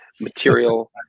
material